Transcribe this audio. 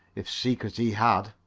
if secret he had.